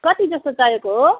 कति जस्तो चाहिएको हो